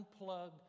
unplug